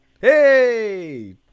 Hey